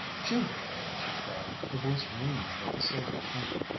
judith! she cried, her voice ringing like a silver trumpet,